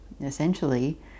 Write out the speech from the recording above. essentially